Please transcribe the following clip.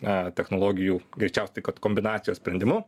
a technologijų greičiausiai kad kombinacijos sprendimu